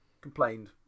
complained